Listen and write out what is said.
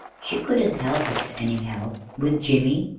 she couldn't help it, anyhow, with jimmy,